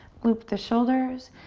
loop the shoulders.